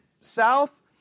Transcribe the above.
south